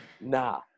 nah